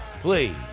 please